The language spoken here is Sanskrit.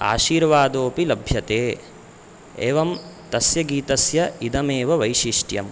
आशीर्वादोपि लभ्यते एवं तस्य गीतस्य इदमेव वैशिष्ट्यम्